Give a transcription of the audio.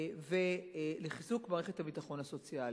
ולחיזוק מערכת הביטחון הסוציאלית.